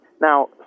Now